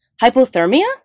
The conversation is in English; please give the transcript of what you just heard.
Hypothermia